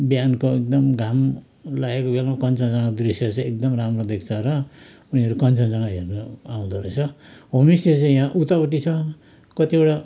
बिहानको एकदम घाम लागेको बेलामा कञ्चनजङ्घाको दृश्य एकदम राम्रो देख्छ र उनीहरू कञ्चनजङ्घा हेर्नु आउँदो रहेछ होमस्टे चाहिँ यहाँ उतापट्टी छ कतिवटा